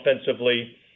offensively